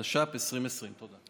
התש"ף 2020. תודה.